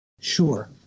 Sure